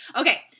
Okay